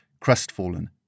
crestfallen